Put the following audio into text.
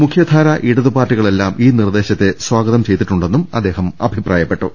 മുഖ്യധാരാ ഇടതു പാർട്ടികളെല്ലാം ഈ നിർദ്ദേശത്തെ സ്വാഗതം ചെയ്തിട്ടുണ്ടെന്നും അദ്ദേഹം അഭിപ്രായപ്പെട്ടു